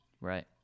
Right